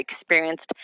experienced